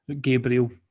Gabriel